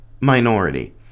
minority